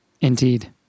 Indeed